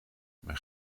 mijn